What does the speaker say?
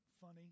funny